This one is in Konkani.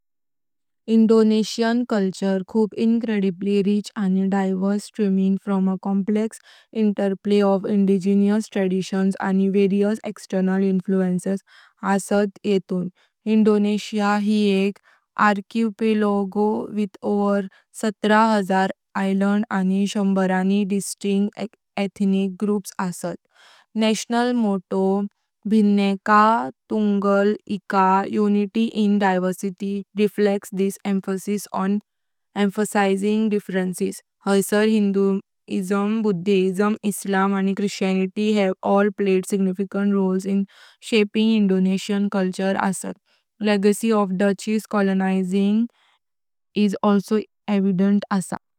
इन्डोनेशियन संस्कृती खूप इनक्रेडिबली रिच अनी डिव्हर्स, स्टेमिंग फ्रा एक complex interplay of indigenous traditions अनी वेरीअस् एक्स्टरनल इन्फ्लुएन्सेस आसत येऊन। इन्डोनेशिया हे एक आर्चिपेलागो विथ ओवर सतर हजार आयलंडस अनी शभरानी डिस्टीन्क्ट एथनिक ग्रूम्स आसत। नॅशनल मोट्टो, "भिन्नता तुंग्गल एका" (एकता मध्ये विविधता), ह्या emphasis on embracing differences reflect करता। हैसर हिंदुइसम, बुद्धिजम, इस्लाम, अनी ख्रिस्तियानिटी हे all played significant roles in shaping Indonesian संस्कृती आसत। Legacy of Dutch colonialism is also evident आसा।